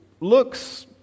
looks